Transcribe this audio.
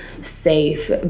safe